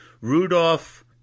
Rudolph